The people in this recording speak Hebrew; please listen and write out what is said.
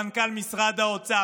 מנכ"ל משרד האוצר,